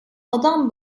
adam